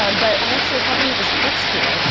um but i actually have one of his books here, oh,